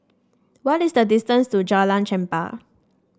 what is the distance to Jalan Chempah